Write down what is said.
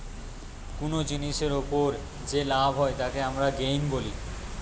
কুনো জিনিসের উপর যে লাভ হয় তাকে আমরা গেইন বলি